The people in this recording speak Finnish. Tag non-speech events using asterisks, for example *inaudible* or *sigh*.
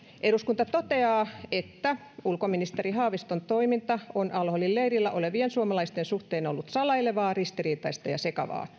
eduskunta toteaa että ulkoministeri haaviston toiminta on al holin leirillä olevien suomalaisten suhteen ollut salailevaa ristiriitaista ja sekavaa *unintelligible*